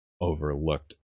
overlooked